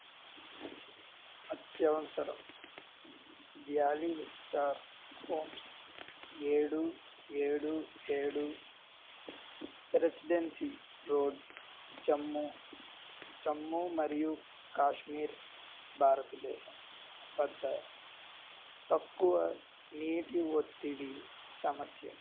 అత్యవసరం valley vista homes ఏడు ఏడు ఏడు రెసిడెన్సీ రోడ్ జమ్మూ జమ్మూ మరియు కాశ్మీర్ భారతదేశం వద్ద తక్కువ నీటి ఒత్తిడి సమస్య